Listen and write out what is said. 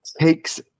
takes